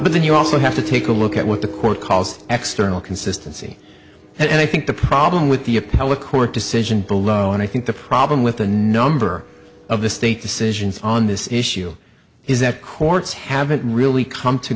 but then you also have to take a look at what the court calls external consistency and i think the problem with the appellate court decision below and i think the problem with a number of the state decisions on this issue is that courts haven't really come to